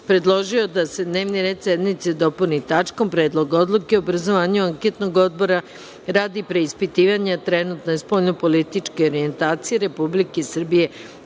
predložio je da se dnevni red sednice dopuni tačkom – Predlog odluke o obrazovanju anketnog odbora radi preispitivanja trenutne spoljno-političke orijentacije Republike Srbije